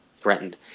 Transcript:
threatened